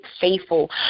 faithful